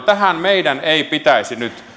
tähän vastakkainasetteluun meidän ei pitäisi nyt